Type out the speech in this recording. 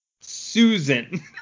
Susan